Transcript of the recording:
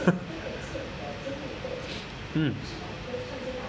mm